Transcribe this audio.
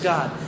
God